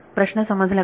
प्रश्न समजला का